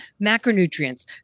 macronutrients